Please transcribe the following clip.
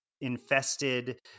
infested